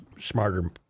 smarter